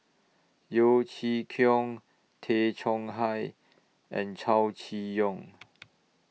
Yeo Chee Kiong Tay Chong Hai and Chow Chee Yong